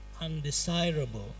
undesirable